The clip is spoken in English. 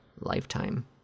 lifetime